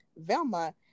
Velma